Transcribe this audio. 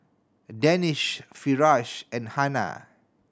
Danish Firash and Hana